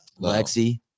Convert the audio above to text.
Lexi